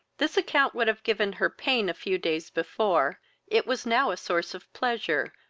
this account would have given her paid a few days before it was now a source of pleasure,